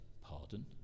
pardon